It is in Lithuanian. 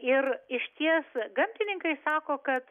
ir išties gamtininkai sako kad